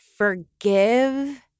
forgive